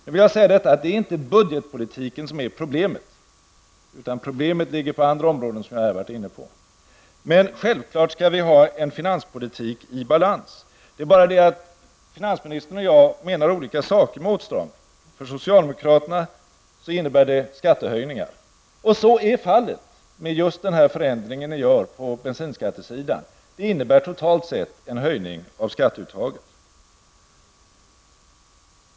Nu vill jag säga att det inte är budgetpolitiken som är problemet, utan problemet ligger på andra områden, som jag här har varit inne på. Men självfallet skall vi ha en finanspolitik i balans. Det är bara det att finansministern och jag menar olika saker med åtstramning. För socialdemokraterna innebär det skattehöjningar. Och så är fallet med den förändring som ni gör på bensinskattesidan; den innebär totalt sett en höjning av skatteuttaget.